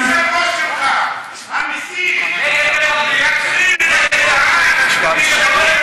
אין הבדל בין עזמי בשארה, מה זה קשור,